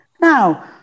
now